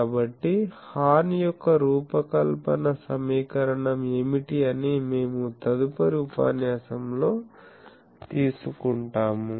కాబట్టి హార్న్ యొక్క రూపకల్పన సమీకరణం ఏమిటి అని మేము తదుపరి ఉపన్యాసంలో తీసుకుంటాము